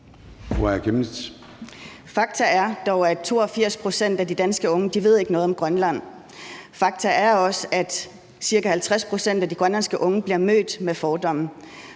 Fakta er dog, at 82 pct. af de danske unge ikke ved noget om Grønland. Fakta er også, at ca. 50 pct. af de grønlandske unge bliver mødt med fordomme.